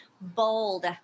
bold